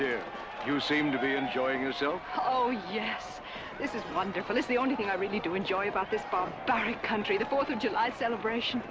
do you seem to be enjoying you so oh yes this is wonderful it's the only thing i really do enjoy about this country the fourth of july celebration